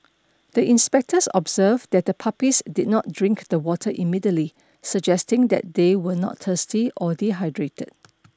the inspectors observed that the puppies did not drink the water immediately suggesting that they were not thirsty or dehydrated